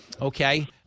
Okay